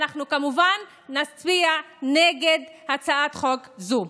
אנחנו כמובן נצביע נגד הצעת חוק זו.